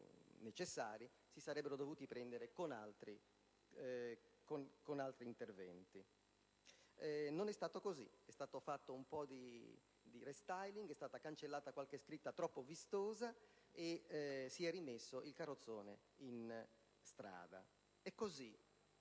per poi adottare decisioni necessarie con altri interventi. Non è stato così: è stato fatto un po' di *restyling*; è stata cancellata qualche scritta troppo vistosa e si è rimesso il carrozzone in strada. Su